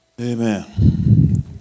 amen